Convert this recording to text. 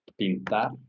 pintar